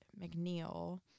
McNeil